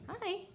Hi